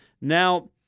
Now